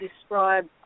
describe